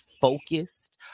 focused